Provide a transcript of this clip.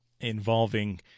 involving